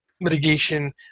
Mitigation